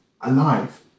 alive